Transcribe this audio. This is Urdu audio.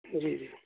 جی جی